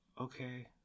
Okay